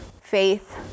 faith